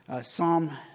Psalm